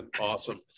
Awesome